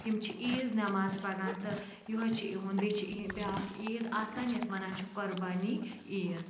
یِم چھِ عیٖز نٮماز پَران تہٕ یِہے چھِ یُِہُنٛد بیٚیہِ چھِ بیٛاکھ عیٖد آسان یَتھ وَنان چھِ قۄربٲنی عیٖد